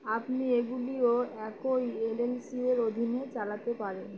আপনি এগুলিও একই এল এল সিয়ের অধীনে চালাতে পারেন